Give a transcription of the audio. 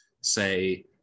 say